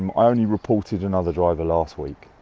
um i only reported another driver last week.